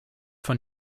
von